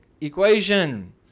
equation